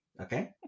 Okay